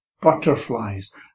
butterflies